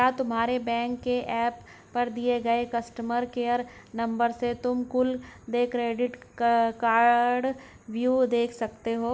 क्या तुम्हारे बैंक के एप पर दिए गए कस्टमर केयर नंबर से तुम कुल देय क्रेडिट कार्डव्यू देख सकते हो?